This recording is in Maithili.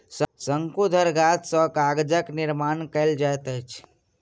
शंकुधर गाछ सॅ कागजक निर्माण कयल जाइत अछि